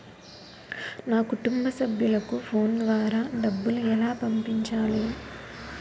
నా కుటుంబ సభ్యులకు ఫోన్ ద్వారా డబ్బులు ఎలా పంపించాలి?